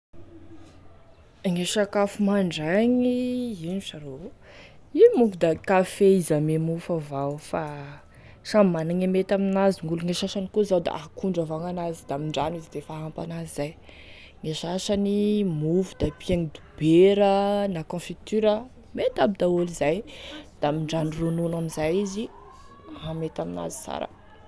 Gne sakafo mandraigny ino sa rô io manko da kafe izy ame mofo avao, fa samby managny e mety amin'azy zany gn'olo gnane sasany zao da akondro avao gn'anazy da mindrano izy defa ampy an'azy zay, gne sasany mofo da ampiagny dobera na confiture mety aby daoly zay da mindrano ronono amin'izay izy da mety amin'azy sara.